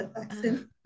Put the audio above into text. accent